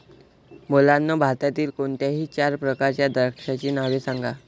मुलांनो भारतातील कोणत्याही चार प्रकारच्या द्राक्षांची नावे सांगा